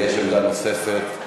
מפני,